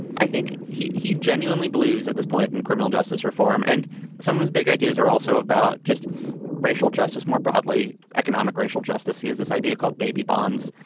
i think he he genuinely believes at this point in criminal justice reform. and some of his big ideas are also about just racial justice more broadly economic racial justice. he has this idea called baby bonds,